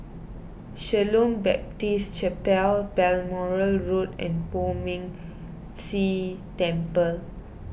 Shalom Baptist Chapel Balmoral Road and Poh Ming se Temple